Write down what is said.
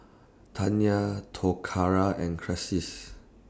Taya Toccara and Crissies